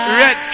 red